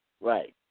Right